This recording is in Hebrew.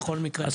בכל מקרה,